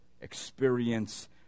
Experience